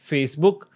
Facebook